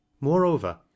Moreover